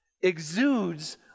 exudes